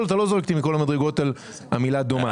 אתה לא זורק אותי מכל המדרגות על המילה דומה.